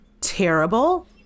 terrible